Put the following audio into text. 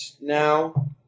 Now